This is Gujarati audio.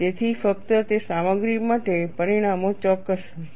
તેથી ફક્ત તે સામગ્રીઓ માટે પરિણામો ચોક્કસ હશે